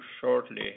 shortly